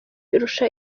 irusha